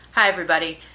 hi everybody.